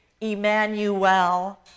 Emmanuel